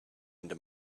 into